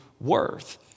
worth